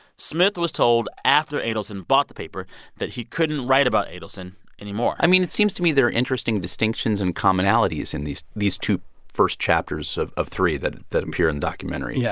smith was told after adelson bought the paper that he couldn't write about adelson anymore i mean, it seems to me there are interesting distinctions and commonalities in these these two first chapters of of three that that appear in the documentary. yeah